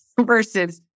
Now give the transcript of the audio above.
versus